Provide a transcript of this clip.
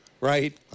right